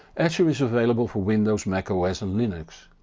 etcher is available for windows, macos and linux.